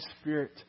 Spirit